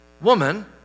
woman